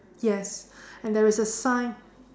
yes and there is a sign